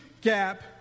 gap